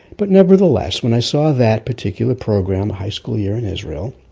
but nevertheless, when i saw that particular program, high school year in israel,